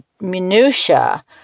minutiae